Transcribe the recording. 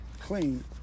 clean